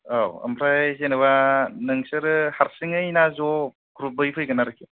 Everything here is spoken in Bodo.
औ ओमफ्राइ जेनोबा नोंसोरो हारसिङै ना ज' ग्रुबै फैगोन आरो